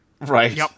Right